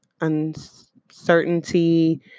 uncertainty